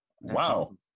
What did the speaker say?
Wow